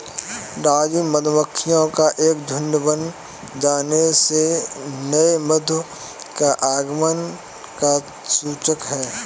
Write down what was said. राजू मधुमक्खियों का झुंड बन जाने से नए मधु का आगमन का सूचक है